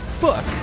book